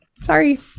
sorry